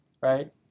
right